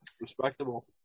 Respectable